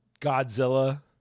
Godzilla